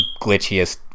glitchiest